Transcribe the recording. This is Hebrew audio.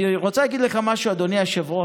אני רוצה להגיד לך משהו, אדוני היושב-ראש,